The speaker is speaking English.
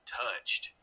touched